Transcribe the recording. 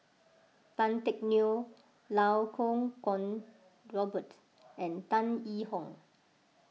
Tan Teck Neo Iau Kuo Kwong Robert and Tan Yee Hong